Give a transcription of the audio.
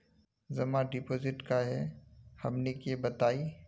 जमा डिपोजिट का हे हमनी के बताई?